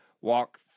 walk